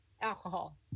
alcohol